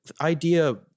idea